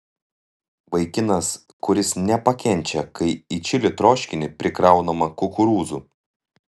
vaikinas kuris nepakenčia kai į čili troškinį prikraunama kukurūzų